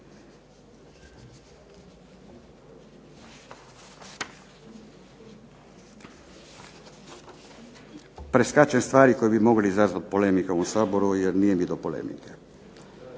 Preskačem stvari koje bi mogle izazvati polemike u ovom Saboru, jer nije mi do polemike.